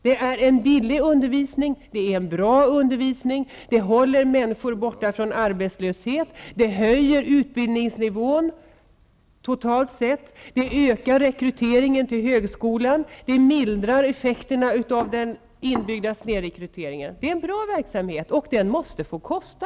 Det här är en billig utbildning, det är en bra undervisning, det håller människorna borta från arbetslöshet och höjer utbildningsnivån totalt sett samt ökar rekryteringen till högskolan, mildrar effekterna av den inbyggda snedrekryteringen. Det är en bra verksamhet, och den måste få kosta.